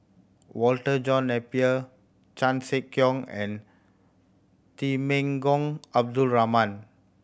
Walter John Napier Chan Sek Keong and Temenggong Abdul Rahman